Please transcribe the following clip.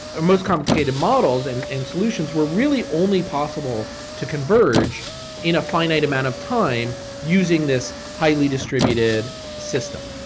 or most complicated models and and solutions were really only possible to converge in a finite amount of time using this highly distributed system.